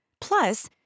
Plus